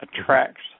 attracts